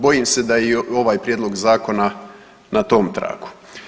Bojim se da je i ovaj Prijedlog zakona na tom tragu.